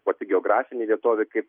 pati geografinė vietovė kaip